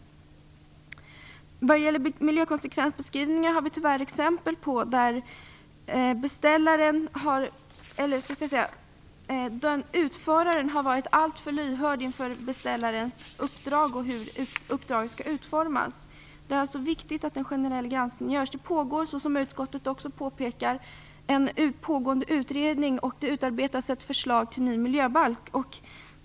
När det gäller miljökonsekvensbeskrivningar har vi tyvärr exempel på hur utföraren har varit alltför lyhörd inför beställarens uppdrag och hur uppdraget skall utformas. Det är viktigt att en generell granskning görs. Det pågår, som utskottet också påpekar, en utredning. Det utarbetas ett förslag till ny miljöbalk.